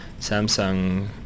Samsung